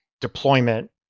deployment